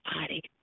body